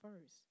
first